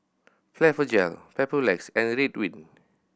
Blephagel Papulex and Ridwind